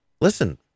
listen